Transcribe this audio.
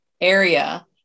area